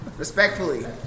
Respectfully